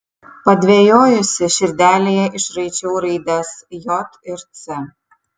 padvejojusi širdelėje išraičiau raides j ir c